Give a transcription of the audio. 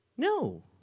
No